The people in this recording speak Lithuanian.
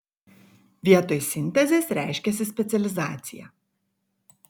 vietoj sintezės reiškiasi specializacija